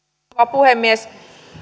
puhemies